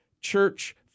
church